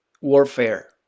warfare